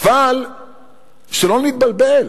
אבל שלא נתבלבל: